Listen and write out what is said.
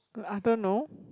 no I don't know